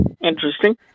interesting